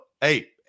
hey